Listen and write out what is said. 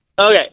Okay